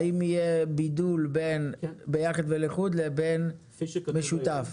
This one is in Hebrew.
האם יהיה בידול בין ביחד ולחוד לבין משותף?